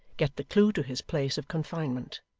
get the clue to his place of confinement.